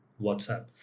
WhatsApp